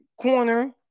corner